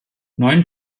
neun